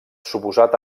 suposat